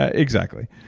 ah exactly.